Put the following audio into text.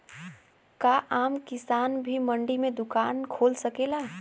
का आम किसान भी मंडी में दुकान खोल सकेला?